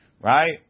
right